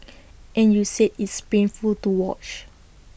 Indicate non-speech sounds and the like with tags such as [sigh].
[noise] and you said it's painful to watch